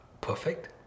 perfect